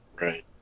Right